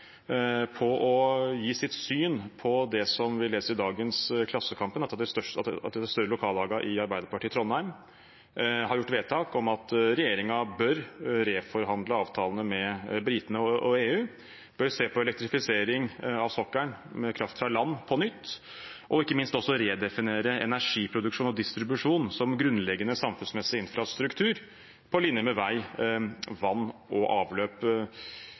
å gi sitt syn på det vi leser i dagens Klassekampen om et av de større lokallagene i Arbeiderpartiet i Trondheim. De har gjort vedtak om at regjeringen bør reforhandle avtalene med britene og EU, for å se på elektrifisering av sokkelen med kraft fra land på nytt og ikke minst redefinere energiproduksjon og -distribusjon som grunnleggende samfunnsmessig infrastruktur på linje med vei, vann og avløp.